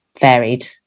varied